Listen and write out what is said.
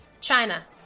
China